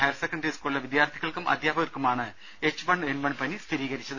higher secondary സ്കൂളിലെ വിദ്യാർഥികൾക്കും അധ്യാപകർക്കുമാണ് എച്ച് വൺ എൻ വൺ പനി സ്ഥിരീകരിക്കച്ചത്